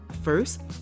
First